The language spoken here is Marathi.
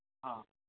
हां